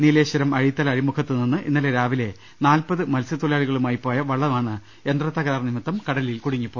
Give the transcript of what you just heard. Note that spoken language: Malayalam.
നീല്ലേശ്വരം അഴീത്തല അഴി മുഖത്ത് നിന്ന് ഇന്നലെ രാവിലെ നാൽപ്പത് മത്സൃതൊഴിലാളികളുമായി പോയ വള്ളമാണ് യന്ത്രത്തകരാർ നിമിത്തം കടലിൽ കുടുങ്ങിയത്